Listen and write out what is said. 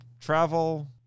travel